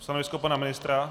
Stanovisko pana ministra?